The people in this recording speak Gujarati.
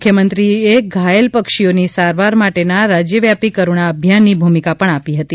મુખ્યમંત્રીશ્રીએ ઘાયલ પક્ષીઓની સારવાર માટેના રાજ્યવ્યાપીકરુણા અભિયાનની ભૂમિકા પણ આપી હતી